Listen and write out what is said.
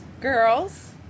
girls